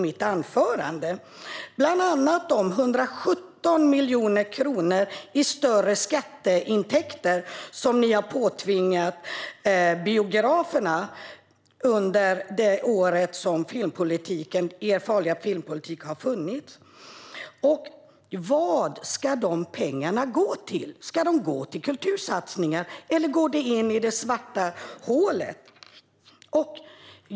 Bland annat tog jag upp de 117 miljoner kronor i större skatteintäkter som ni har påtvingat biograferna under det år som er farliga filmpolitik har funnits. Vad ska de pengarna gå till? Ska de gå till kultursatsningar, eller går de in i det svarta hålet?